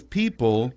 people